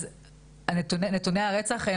אז נתוני הרצח,